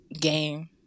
game